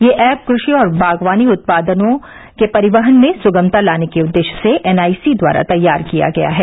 यह ऐप कृषि और बागवानी उत्पादों के परिवहन में सुगमता लाने के उद्देश्य से एनआईसी द्वारा तैयार किया गया है